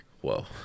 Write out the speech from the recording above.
Whoa